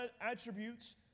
attributes